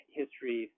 history